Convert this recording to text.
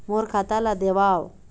मोर खाता ला देवाव?